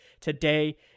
today